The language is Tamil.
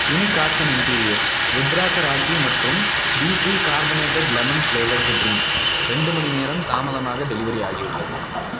unique arts and interiors rudraksha rakhi மற்றும் bfree carbonated lemon flavoured drink ரெண்டு மணிநேரம் தாமதமாக டெலிவரி ஆகியுள்ளது